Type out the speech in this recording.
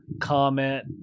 comment